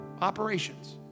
Operations